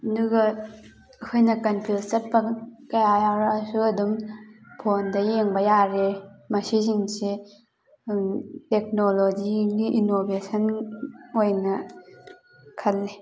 ꯑꯗꯨꯒ ꯑꯩꯈꯣꯏꯅ ꯀꯟꯐ꯭ꯌꯨꯁ ꯆꯠꯄ ꯀꯌꯥ ꯌꯥꯎꯔꯛꯑꯁꯨ ꯑꯗꯨꯝ ꯐꯣꯟꯗ ꯌꯦꯡꯕ ꯌꯥꯔꯦ ꯃꯁꯤꯁꯤꯡꯁꯦ ꯇꯦꯛꯅꯣꯂꯣꯖꯤꯒꯤ ꯏꯅꯣꯚꯦꯁꯟ ꯑꯣꯏꯅ ꯈꯜꯂꯤ